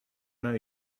know